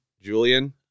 Julian